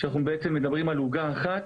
שאנחנו בעצם מדברים על עוגה אחת